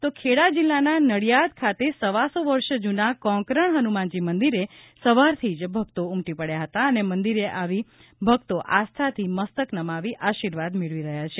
તો ખેડા જિલ્લાના નડિયાદ ખાતે સવાસો વર્ષ જૂના કોંકરણ હનુમાનજી મંદિરે સવારથી જ ભક્તો ઉમટી પડ્યા હતા અને મંદિરે આવી ભક્તો આસ્થાથી મસ્તક નમાવી આશિર્વાદ મેળવી રહ્યા છે